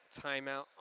timeout